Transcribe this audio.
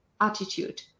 attitude